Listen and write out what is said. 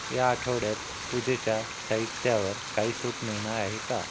या आठवड्यात पूजेच्या साहित्यावर काही सूट मिळणार आहे का